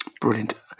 brilliant